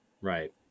Right